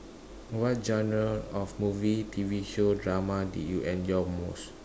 what genre of movie T_V show drama did you enjoy most